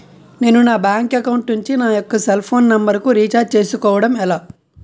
నేను నా bank account నుంచి నా యెక్క సెల్ ఫోన్ నంబర్ కు రీఛార్జ్ చేసుకోవడం ఎలా?